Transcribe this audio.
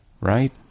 right